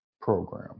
program